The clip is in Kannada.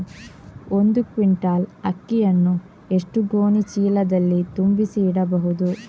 ಒಂದು ಕ್ವಿಂಟಾಲ್ ಅಕ್ಕಿಯನ್ನು ಎಷ್ಟು ಗೋಣಿಚೀಲದಲ್ಲಿ ತುಂಬಿಸಿ ಇಡಬಹುದು?